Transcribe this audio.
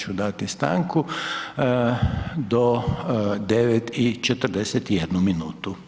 ću dati stanku do 9 i 41 minutu.